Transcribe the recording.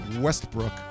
Westbrook